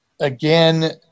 Again